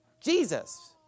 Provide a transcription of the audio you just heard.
Jesus